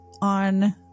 On